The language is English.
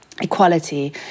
equality